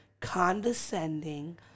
condescending